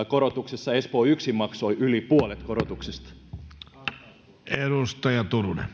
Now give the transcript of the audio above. korotuksessa espoo yksin maksoi yli puolet korotuksista